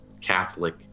Catholic